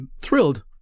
thrilled